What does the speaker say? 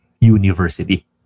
University